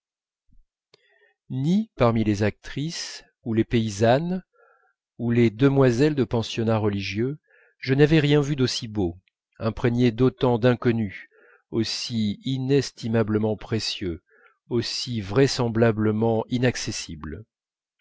parmi les actrices ou les paysannes ou les demoiselles du pensionnat religieux je n'avais rien vu d'aussi beau imprégné d'autant d'inconnu aussi inestimablement précieux aussi vraisemblablement inaccessible